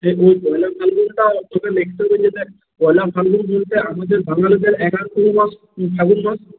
ওই পয়লা ফাল্গুনটা তোকে লিখতে দিয়েছে দেখ পয়লা ফাল্গুন বলতে আমাদের বাঙালিদের এগারতম মাস ও ফাল্গুন মাস